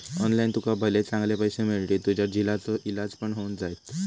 online तुका भले चांगले पैशे मिळतील, तुझ्या झिलाचो इलाज पण होऊन जायत